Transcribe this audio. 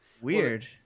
Weird